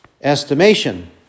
estimation